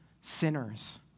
sinners